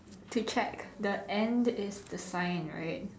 to check the and is the sign right